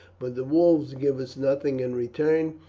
but the wolves give us nothing in return,